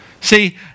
See